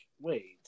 wait